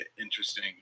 interesting